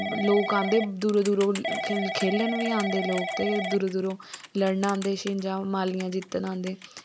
ते लोग आंदे दूरो दूरो खेलन बी आंदे लोग ते दूरो दूरो लड़न आंदे शिंजां मालियां जित्तन आंदे